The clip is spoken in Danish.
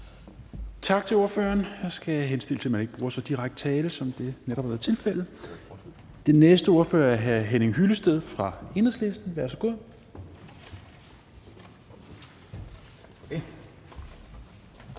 Tak til ordføreren. Jeg skal henstille til, at man ikke bruger direkte tiltale, som det netop har været tilfældet. Den næste ordfører er hr. Henning Hyllested fra Enhedslisten. Værsgo. Kl.